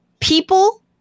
People